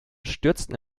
stürzten